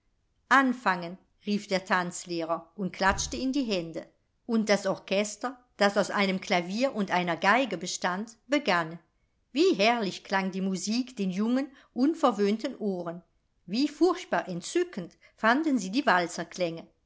anfangen rief der tanzlehrer und klatschte in die hände und das orchester das aus einem klavier und einer geige bestand begann wie herrlich klang die musik den jungen unverwöhnten ohren wie furchtbar entzückend fanden sie die